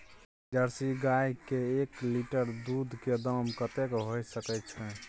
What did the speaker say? Jersey गाय के एक लीटर दूध के दाम कतेक होय सके छै?